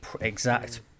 exact